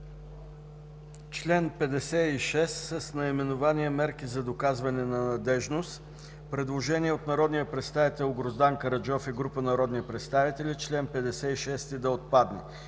Член 56 е с наименование „Мерки за доказване на надеждност”. Предложение от народния представител Гроздан Караджов и група народни представители – чл. 56 да отпадне.